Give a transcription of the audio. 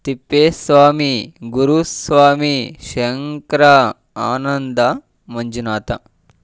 Thippeswamy Guruswamy Shankara Ananda Manjunatha